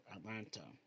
Atlanta